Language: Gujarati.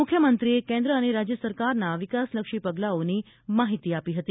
મુખ્યમંત્રીએ કેન્દ્ર અને રાજ્ય સરકારના વિકાસલક્ષી પગલાંઓની માહિતી આપી હતી